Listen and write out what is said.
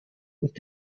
und